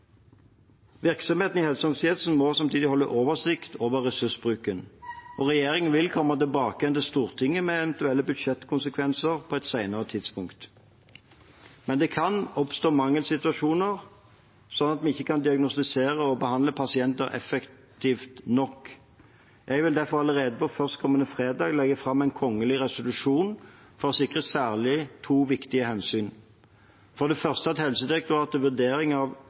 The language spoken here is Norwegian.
Virksomhetene i helse- og omsorgssektoren må samtidig holde oversikt over ressursbruken. Regjeringen vil komme tilbake til Stortinget med eventuelle budsjettkonsekvenser på et senere tidspunkt. Men det kan oppstå mangelsituasjoner, slik at vi ikke kan diagnostisere og behandle pasienter effektivt nok. Jeg vil derfor allerede førstkommende fredag legge fram en kongelig resolusjon for å sikre særlig to viktige hensyn. For det første er Helsedirektoratets vurdering at finansieringen for analyser av